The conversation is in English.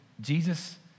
Jesus